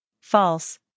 False